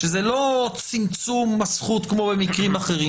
שזה לא צמצום הזכות כמו במקרים אחרים